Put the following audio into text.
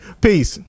Peace